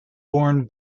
born